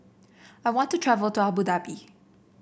I want to travel to Abu Dhabi